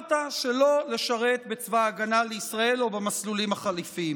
בחרת שלא לשרת בצבא ההגנה לישראל או במסלולים החלופיים.